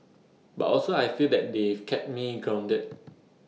but also I feel that they've kept me grounded